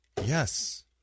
yes